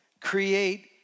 Create